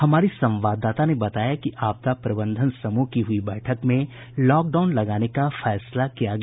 हमारी संवाददाता ने बताया कि आपदा प्रबंधन समूह की हुई बैठक में लॉकडाउन लगाने का फैसला किया गया